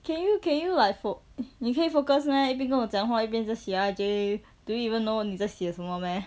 can you can you like foc~ 你可以 focus meh 一边跟我讲话一边 just 写 R J do even know 你在写什么 meh